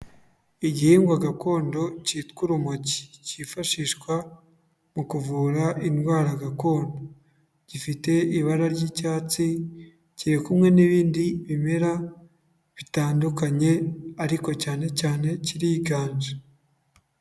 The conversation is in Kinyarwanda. Igihingwa gakondo cyitwa urumogi, cyifashishwa mu kuvura indwara gakondo. Gifite ibara ry'icyatsi, kiri kumwe n'ibindi bimera bitandukanye ariko cyane cyane kiriganje